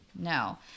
No